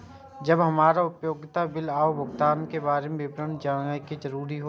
जब हमरा उपयोगिता बिल आरो भुगतान के बारे में विवरण जानय के जरुरत होय?